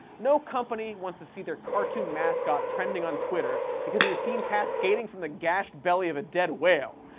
no company wants to see their cartoon mascot trending on twitter because it was seen cascading from the gashed belly of a dead whale.